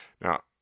now